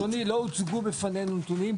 לא, אדוני, לא הוצגו בפנינו נתונים.